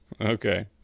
Okay